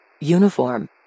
Uniform